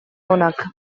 onak